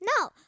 No